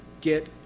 get